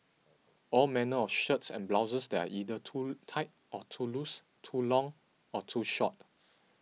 all manner of shirts and blouses that are either too tight or too loose too long or too short